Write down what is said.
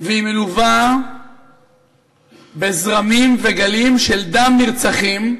והיא מלווה בזרמים וגלים של דם נרצחים,